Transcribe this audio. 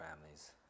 families